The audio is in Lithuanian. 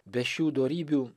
be šių dorybių